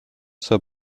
zur